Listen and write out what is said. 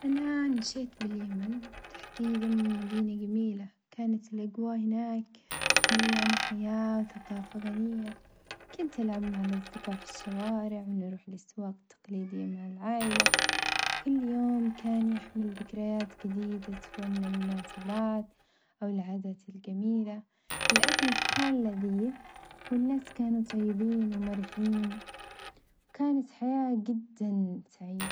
أنا نشأت باليمن تحديدًا مدينة جميلة، كانت الأجواء هناك مليانة حياة ثقافة غنية، كنت ألعب مع الأصدقاء في الشوارع ونروح الأسواق التقليدية مع العائلة، كل يوم كان يحمل ذكريات جديدة سوا من المناسبات أو العادات الجميلة، الأكل كان لذيذ والناس كانوا طيبين ومرحين، وكانت حياة جدًا سعيدة.